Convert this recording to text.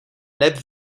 neb